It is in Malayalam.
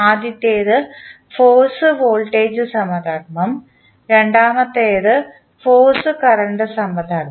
ആദ്യത്തേത് ഫോഴ്സ് വോൾട്ടേജ് സമധർമ്മവും രണ്ടാമത്തേത് ഫോഴ്സ് കറന്റ് സമധർമ്മമാണ്